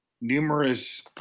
numerous